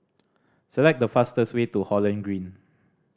select the fastest way to Holland Green